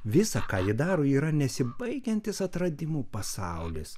visa ką ji daro yra nesibaigiantis atradimų pasaulis